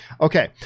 Okay